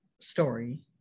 story